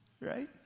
right